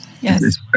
Yes